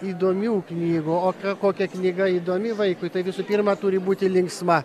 įdomių knygų o kokia knyga įdomi vaikui tai visų pirma turi būti linksma